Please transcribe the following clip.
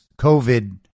COVID